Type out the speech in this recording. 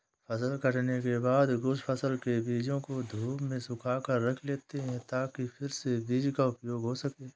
फसल काटने के बाद कुछ फसल के बीजों को धूप में सुखाकर रख लेते हैं ताकि फिर से बीज का उपयोग हो सकें